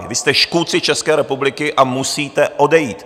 Vy jste škůdci České republiky a musíte odejít.